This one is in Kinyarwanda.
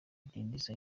bidindiza